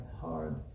hard